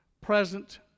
present